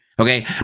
Okay